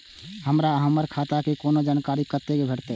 हमरा हमर खाता के कोनो जानकारी कते भेटतै